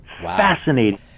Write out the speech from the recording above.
Fascinating